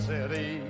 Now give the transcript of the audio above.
City